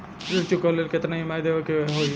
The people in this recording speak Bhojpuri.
ऋण चुकावेला केतना ई.एम.आई देवेके होई?